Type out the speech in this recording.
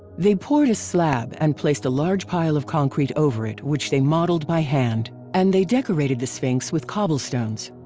they poured a slab and placed a large pile of concrete over it which they modeled by hand and they decorated the sphinx with cobblestones.